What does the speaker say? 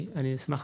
אני אשמח